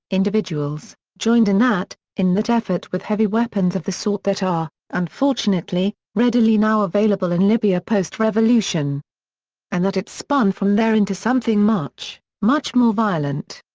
individuals, joined in that in that effort with heavy weapons of the sort that are, unfortunately, readily now available in libya post-revolution. and that it spun from there into something much, much more violent.